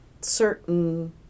certain